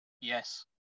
Yes